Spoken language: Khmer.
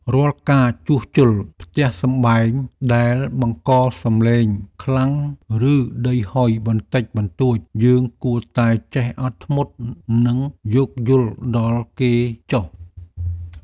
រាល់ការជួសជុលផ្ទះសម្បែងដែលបង្កសំឡេងខ្លាំងឬដីហុយបន្តិចបន្តួចយើងគួរតែចេះអត់ធ្មត់និងយោគយល់ដល់គេចុះ។